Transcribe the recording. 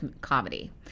comedy